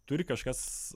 turi kažkas